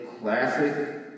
classic